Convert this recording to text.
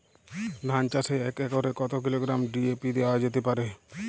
ধান চাষে এক একরে কত কিলোগ্রাম ডি.এ.পি দেওয়া যেতে পারে?